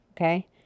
okay